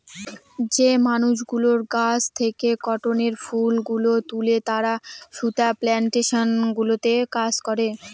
যে মানুষগুলো গাছ থেকে কটনের ফুল গুলো তুলে তারা সুতা প্লানটেশন গুলোতে কাজ করে